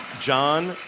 John